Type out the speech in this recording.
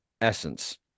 essence